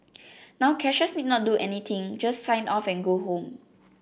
now cashiers need not do anything just sign off and go home